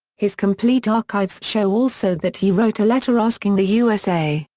his complete archives show also that he wrote a letter asking the usa,